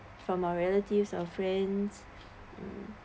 from our relatives or friends